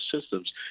systems